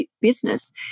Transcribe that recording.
business